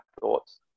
thoughts